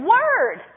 Word